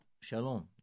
Shalom